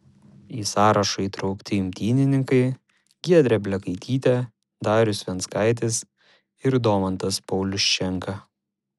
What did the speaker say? į sąrašą įtraukti imtynininkai giedrė blekaitytė darius venckaitis ir domantas pauliuščenka